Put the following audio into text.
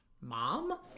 mom